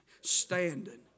Standing